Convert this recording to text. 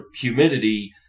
humidity